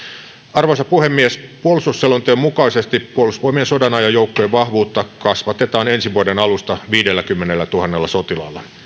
arvoisa puhemies puolustusselonteon mukaisesti puolustusvoimien sodanajan joukkojen vahvuutta kasvatetaan ensi vuoden alusta viidelläkymmenellätuhannella sotilaalla